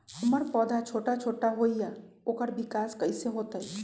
हमर पौधा छोटा छोटा होईया ओकर विकास कईसे होतई?